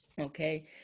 Okay